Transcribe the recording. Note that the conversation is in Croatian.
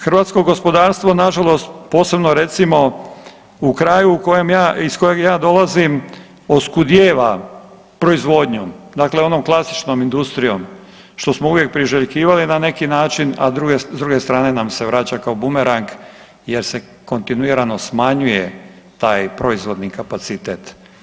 Hrvatsko gospodarstvo nažalost posebno recimo u kraju u kojem ja, iz kojeg ja dolazim oskudijeva proizvodnjom, dakle onom klasičnom industrijom što smo uvijek priželjkivali na neki način, a s druge strane nam se vraća kao bumerang jer se kontinuirano smanjuje taj proizvodni kapacitet.